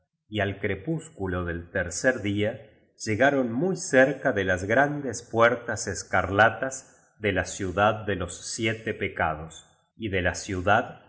y al crepúsculo del tercer día llegaron muy cerca de las grandes puertas escarlatas de la ciudad de los siete pecados y de la ciudad